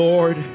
Lord